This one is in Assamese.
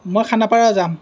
মই খানাপাৰা যাম